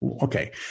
okay